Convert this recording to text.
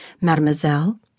Mademoiselle